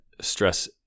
stress